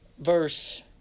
Verse